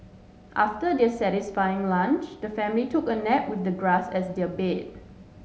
after their satisfying lunch the family took a nap with the grass as their bed